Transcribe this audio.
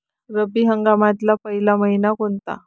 रब्बी हंगामातला पयला मइना कोनता?